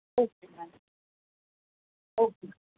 okay ma'am okay